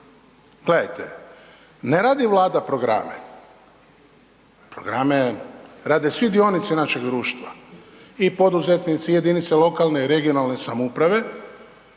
Gledajte, ne radi Vlada programe, programe rade svi dionici našeg društva. I poduzetnici i jedinice lokalne i regionalne samouprave,